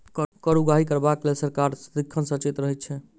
कर उगाही करबाक लेल सरकार सदिखन सचेत रहैत छै